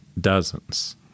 dozens